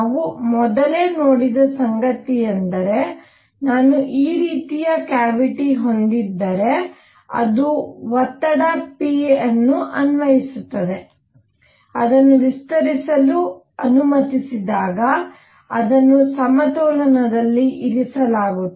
ನಾವು ಮೊದಲೇ ನೋಡಿದ ಸಂಗತಿಯೆಂದರೆ ನಾನು ಈ ರೀತಿಯ ಕ್ಯಾವಿಟಿ ಹೊಂದಿದ್ದರೆ ಅದು ಒತ್ತಡ p ವನ್ನು ಅನ್ವಯಿಸುತ್ತಿದೆ ಅದನ್ನು ವಿಸ್ತರಿಸಲು ಅನುಮತಿಸಿದಾಗ ಅದನ್ನು ಸಮತೋಲನದಲ್ಲಿ ಇರಿಸಲಾಗುತ್ತದೆ